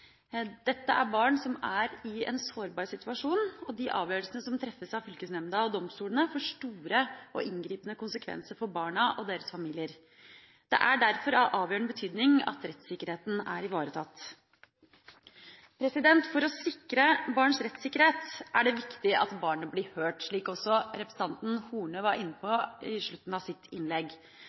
Dette er barn som er i en sårbar situasjon, og de avgjørelsene som treffes av fylkesnemnda og domstolene, får store og inngripende konsekvenser for barna og deres familier. Det er derfor av avgjørende betydning at rettssikkerheten er ivaretatt. For å sikre barns rettssikkerhet er det viktig at barnet blir hørt, slik også representanten Horne var inne på i slutten av sitt innlegg.